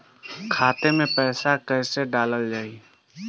खाते मे पैसा कैसे डालल जाई?